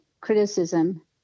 criticism